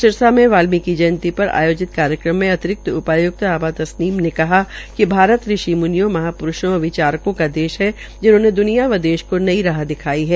सिरसा में बाल्मीकि जयंती पर आयोजित कार्यक्रम में अतिरिक्त उपायुक्त आमा तस्नीम ने कहा कि भारत ऋषि म्नियों महाप्रूषों व विचारकों को देश है जिन्होंन द्निया व देश को नई राह दिखाई है